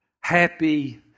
happy